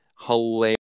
Hilarious